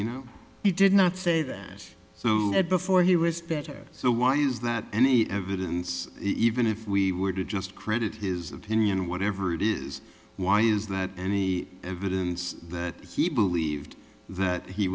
you know he did not say so before he was better so why is that any evidence even if we were to just credit his opinion whatever it is why is that any evidence that he believed that he